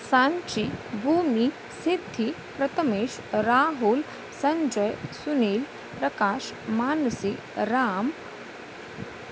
Sanchi Bhumi Siddhi Prathamesh Rahul Sanjay Sunil Prakash Manusi Ram